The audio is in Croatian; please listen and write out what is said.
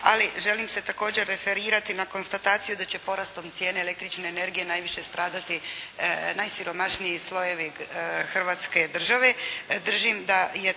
ali želim se također referirati na konstataciju da će porastom cijene električne energije najviše stradati najsiromašniji slojevi Hrvatske države.